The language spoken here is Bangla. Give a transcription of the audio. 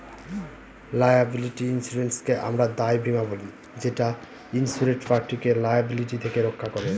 লায়াবিলিটি ইন্সুরেন্সকে আমরা দায় বীমা বলি যেটা ইন্সুরেড পার্টিকে লায়াবিলিটি থেকে রক্ষা করে